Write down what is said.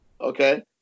Okay